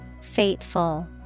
Fateful